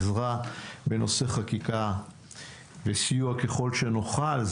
עזרה בנושא חקיקה וסיוע, ככל שנוכל.